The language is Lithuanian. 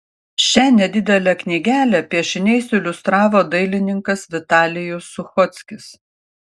šią nedidelę knygelę piešiniais iliustravo dailininkas vitalijus suchockis